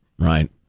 Right